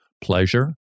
Pleasure